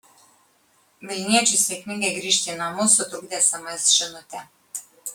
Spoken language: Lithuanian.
vilniečiui sėkmingai grįžti į namus sutrukdė sms žinutė